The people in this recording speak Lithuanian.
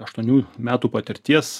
aštuonių metų patirties